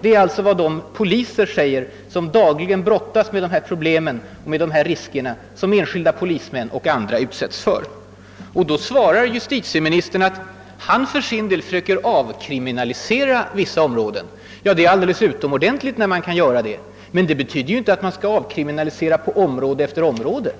Det är alltså vad polisen säger. De brottas dagligen med de problem och risker som enskilda polismän och andra utsätts för. Då svarar justitieministern att han för sin del försöker »avkriminalisera» vissa områden. Det är alldeles utomordentligt när man kan göra det. Men det betyder inte att man avkriminaliserar alla områden.